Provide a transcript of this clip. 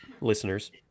listeners